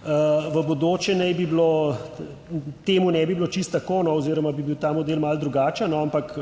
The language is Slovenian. bi bilo, temu ne bi bilo čisto tako oziroma bi bil ta model malo drugačen, ampak